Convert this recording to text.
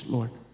Lord